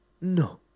no